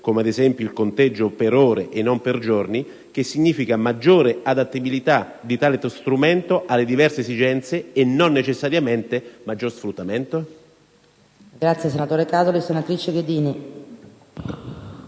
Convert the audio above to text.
attraverso il conteggio per ore e non per giorni, che comporta una maggiore adattabilità di tale strumento alle diverse esigenze e non, necessariamente, maggiore sfruttamento.